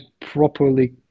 properly